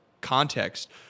context